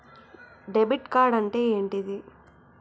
Debit card అంటే ఏంటిది?